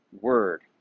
word